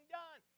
done